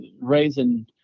raising